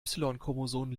chromosom